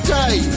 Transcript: day